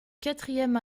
quatrième